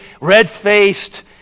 red-faced